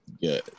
good